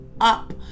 up